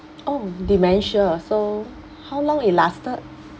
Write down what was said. oh dementia so how long it lasted